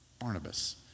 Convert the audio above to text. Barnabas